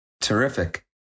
Terrific